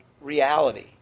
reality